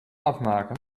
afmaken